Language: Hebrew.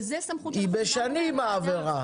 וזה הסמכות שאנחנו --- זה בשנים העבירה.